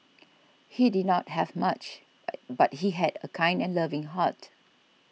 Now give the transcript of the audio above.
he did not have much but but he had a kind and loving heart